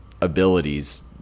abilities